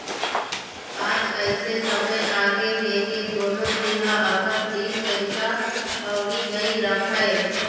आज अइसे समे आगे हे के कोनो भी ह अपन तीर पइसा कउड़ी नइ राखय